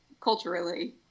culturally